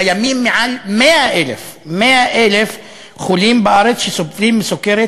קיימים מעל 100,000 חולים בארץ שסובלים מסוכרת